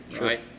right